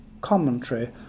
commentary